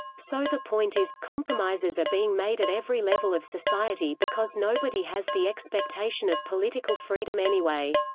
so the point is, compromises are being made at every level of society because nobody has the expectation of political freedom anyway.